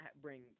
bring